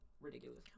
ridiculous